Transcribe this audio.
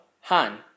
Han